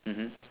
(mmhmmm)